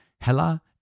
Hela